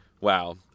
Wow